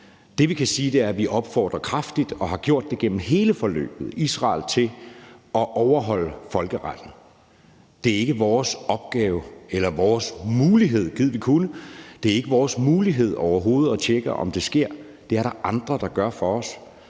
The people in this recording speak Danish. Det, vi kan sige, er, at vi kraftigt opfordrer Israel, og har gjort det gennem hele forløbet, til at overholde folkeretten. Det er ikke vores opgave eller vores mulighed – gid vi kunne – overhovedet at tjekke, om det sker. Det er der andre der gør for os.